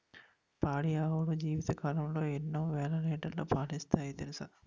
పాడి ఆవులు జీవితకాలంలో ఎన్నో వేల లీటర్లు పాలిస్తాయి తెలుసా